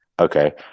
Okay